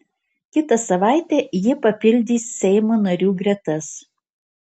kitą savaitę ji papildys seimo narių gretas